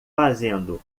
fazendo